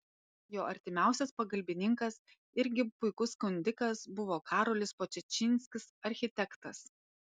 jo artimiausias pagalbininkas irgi puikus skundikas buvo karolis podčašinskis architektas